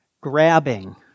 grabbing